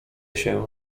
się